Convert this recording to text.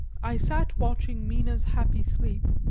i sat watching mina's happy sleep,